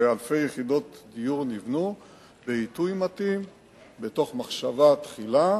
ואלפי יחידות דיור נבנו בעיתוי מתאים במחשבה תחילה,